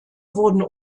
wurden